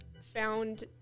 found